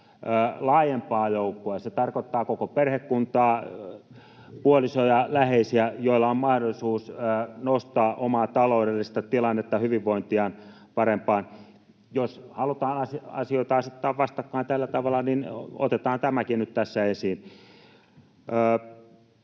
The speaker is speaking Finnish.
laajempaa joukkoa, se tarkoittaa koko perhekuntaa, puolisoa ja läheisiä, joilla on mahdollisuus nostaa omaa taloudellista tilannettaan, hyvinvointiaan, parempaan. Jos halutaan asioita asettaa vastakkain tällä tavalla, niin otetaan tämäkin nyt tässä esiin.